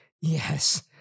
yes